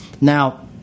Now